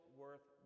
worth